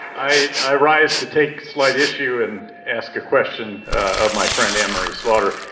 i i rise to take slight issue and ask a question of my friend, anne-marie slaughter.